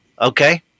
Okay